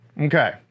okay